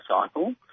cycle